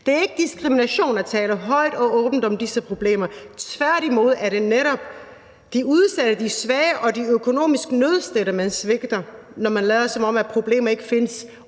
Det er ikke diskrimination at tale højt og åbent om disse problemer. Tværtimod er det netop de udsatte, de svage og de økonomisk nødstedte, man svigter, når man lader, som om at problemerne ikke findes